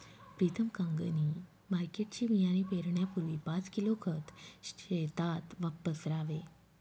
प्रीतम कांगणी मार्केटचे बियाणे पेरण्यापूर्वी पाच किलो खत शेतात पसरावे